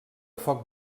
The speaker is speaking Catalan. foc